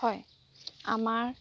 হয় আমাৰ